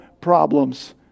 problems